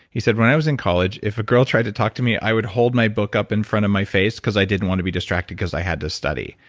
he said, when i was in college, if a girl tried to talk to me, i would hold my book up in front of my face because i didn't want to be distracted because i had to study.